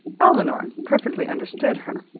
elinor perfectly understood her,